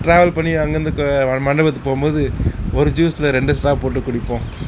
travel பண்ணி அங்கேயிருந்து க வ மண்டபத்துக்கு போகும்போது ஒரு ஜூஸில் ரெண்டு ஸ்ட்ரா போட்டு குடிப்போம்